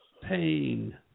pain